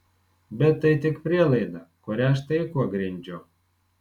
bet tai tik prielaida kurią štai kuo grindžiu